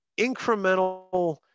incremental